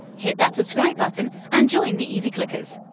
hit that subscribe button and join the easyclickers!